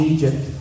Egypt